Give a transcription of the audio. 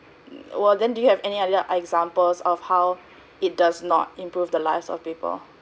well then do you have any other examples of how it does not improve the lives of people